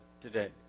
today